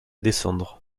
descendre